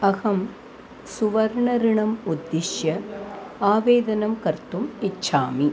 अहं सुवर्ण ऋणम् उद्दिश्य आवेदनं कर्तुम् इच्छामि